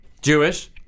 Jewish